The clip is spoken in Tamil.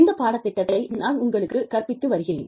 இந்த பாடத்திட்டத்தை நான் உங்களுக்குக் கற்பித்து வருகிறேன்